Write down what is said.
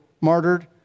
martyred